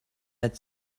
had